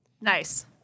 Nice